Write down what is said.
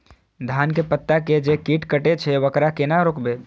धान के पत्ता के जे कीट कटे छे वकरा केना रोकबे?